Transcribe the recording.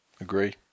Agree